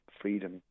freedom